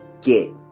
get